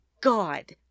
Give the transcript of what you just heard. God